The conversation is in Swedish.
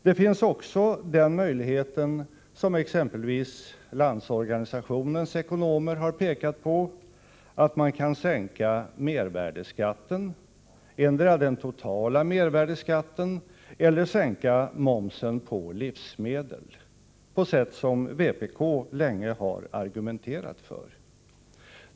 Det finns också den möjlighet som exempelvis Landsorganisationens ekonomer har pekat på, nämligen att man kan sänka mervärdeskatten — antingen den totala mervärdeskatten eller den på livsmedel, på sätt som vpk länge har argumenterat för.